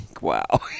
wow